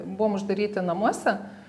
buvom uždaryti namuose